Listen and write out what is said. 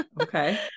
Okay